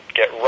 get